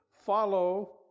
follow